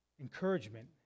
encouragement